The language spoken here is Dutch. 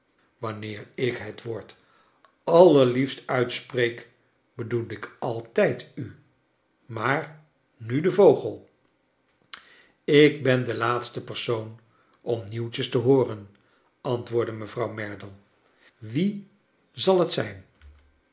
wanneer ik het woord allerliefst uitspreek bedoel ik altijd u maar nu de vogel ik ben de laatste persoon om nieuwtjes te hooren antwoordde mevrouw merdle wie zal het zijn